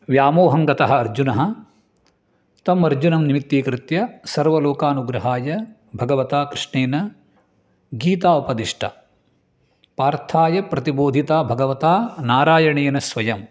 व्यामोहं गतः अर्जुनः तम् अर्जुनं निमित्तीकृत्य सर्वलोकानुग्रहाय भगवता कृष्णेन गीता उपदिष्टा पार्थाय प्रतिबोदिता भगवता नारायणेन स्वयं